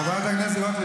חברת הכנסת גוטליב,